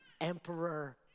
emperor